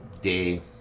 day